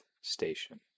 Station